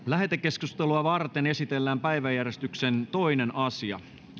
lähetekeskustelua varten esitellään päiväjärjestyksen toinen asia